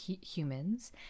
humans